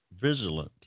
vigilant